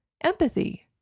empathy